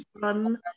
fun